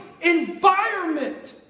environment